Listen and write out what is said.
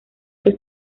que